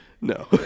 No